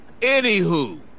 Anywho